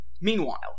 Meanwhile